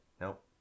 nope